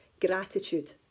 gratitude